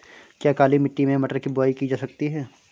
क्या काली मिट्टी में मटर की बुआई की जा सकती है?